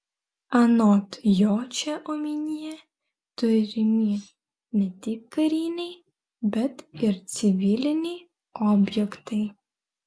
anot jo čia omenyje turimi ne tik kariniai bet ir civiliniai objektai